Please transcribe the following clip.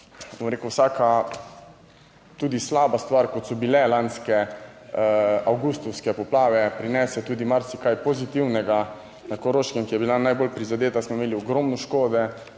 vsaka tudi slaba stvar, kot so bile lanske, avgustovske poplave prinese tudi marsikaj pozitivnega. Na Koroškem, ki je bila najbolj prizadeta, smo imeli ogromno škode,